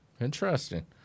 Interesting